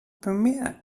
bemerkt